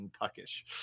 puckish